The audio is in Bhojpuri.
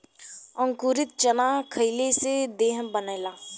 अंकुरित चना खईले से देह बनेला